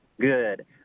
good